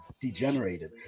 degenerated